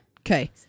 Okay